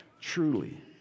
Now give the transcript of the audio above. truly